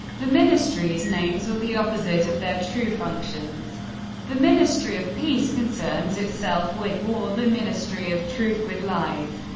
the ministries' names are the opposite of their true functions the ministry of peace concerns itself with war, the ministry of truth with lies,